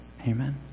Amen